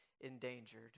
endangered